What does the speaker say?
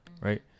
Right